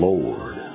Lord